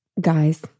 guys